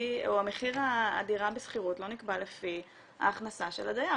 או מחיר הדירה בשכירות לא נקבע לפי ההכנסה של הדייר?